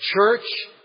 church